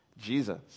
Jesus